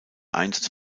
einsatz